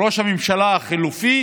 ראש הממשלה החלופי